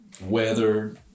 weather